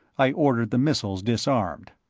i ordered the missiles disarmed.